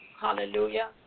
Hallelujah